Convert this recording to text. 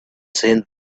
seemed